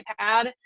iPad